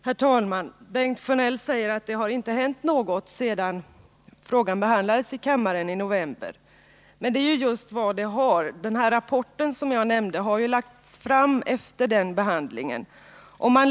Herr talman! Bengt Sjönell säger att det inte har hänt något sedan frågan behandlades i kammaren i november, men det har det gjort. Efter behandlingen i november har ju den här rapporten lagts fram.